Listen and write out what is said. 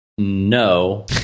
No